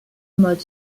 mode